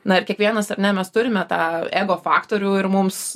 na ir kiekvienas ar ne mes turime tą ego faktorių ir mums